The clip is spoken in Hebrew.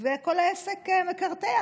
וכל העסק מקרטע.